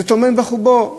זה טומן בחובו,